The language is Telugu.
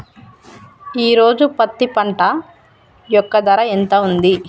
ఈ రోజు పత్తి పంట యొక్క ధర ఎంత ఉంది?